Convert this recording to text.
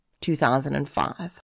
2005